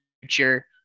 future